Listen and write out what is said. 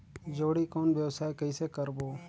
जोणी कौन व्यवसाय कइसे करबो?